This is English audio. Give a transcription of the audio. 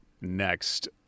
next